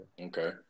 Okay